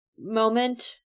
moment